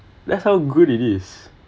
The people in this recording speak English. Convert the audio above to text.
that's how good it is